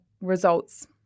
results